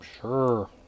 sure